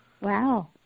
Wow